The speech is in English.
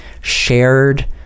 shared